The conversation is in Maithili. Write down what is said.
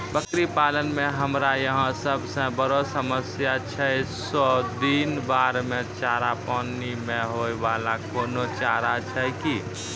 बकरी पालन मे हमरा यहाँ सब से बड़ो समस्या छै सौ दिन बाढ़ मे चारा, पानी मे होय वाला कोनो चारा छै कि?